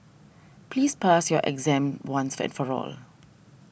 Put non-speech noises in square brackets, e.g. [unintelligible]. please pass your exam once [unintelligible] for all